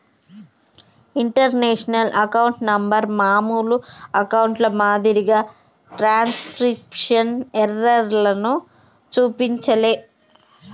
international account number మామూలు అకౌంట్ల మాదిరిగా ట్రాన్స్క్రిప్షన్ ఎర్రర్లను చూపించలే